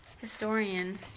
Historian